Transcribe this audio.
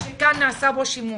שכאן נעשה בו שימוש.